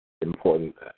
important